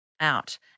out